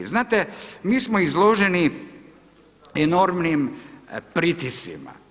Znate, mi smo izloženi enormnim pritiscima.